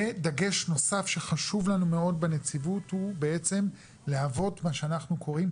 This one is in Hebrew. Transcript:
ודגש נוסף שחשוב לנו מאוד הוא בעצם להוות מה שאנחנו קוראים,